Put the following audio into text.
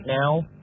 now